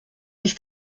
ich